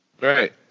Right